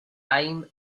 time